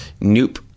Nope